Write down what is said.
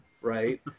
Right